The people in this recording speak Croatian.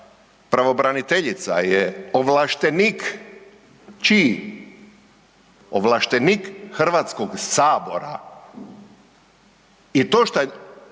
pravobraniteljica je ovlaštenik, čiji? Ovlaštenik HS i to šta